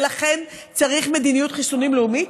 ולכן צריך מדיניות חיסונים לאומית.